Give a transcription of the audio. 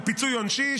על פיצוי עונשי,